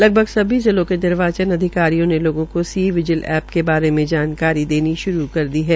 लगभग सभी जिलों के निर्वाचत अधिकारियों ने लोगो को सी विजिल एप्प के बारे में जानकारी देनी शुरू कर दी है